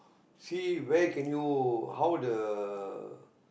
see where can you how the